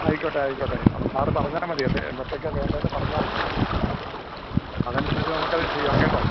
ആയിക്കോട്ടെ ആയിക്കോട്ടെ അപ്പോൾ സാറ് പറഞ്ഞാൽ മതി എത് എന്നത്തേക്കാണ് വേണ്ടത് എന്ന് പറഞ്ഞാൽ മതി മ്മ് മ്മ് മ്മ് അതനുസരിച്ച് നമുക്കത് ചെയ്യാം കേട്ടോ